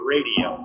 Radio